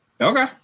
Okay